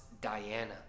Diana